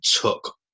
took